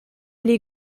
les